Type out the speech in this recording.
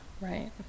Right